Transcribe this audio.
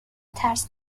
ترس